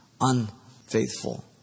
unfaithful